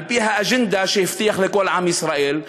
על-פי האג'נדה שהבטיח לכל עם ישראל,